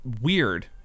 weird